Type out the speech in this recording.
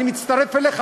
אני מצטרף אליך,